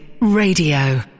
Radio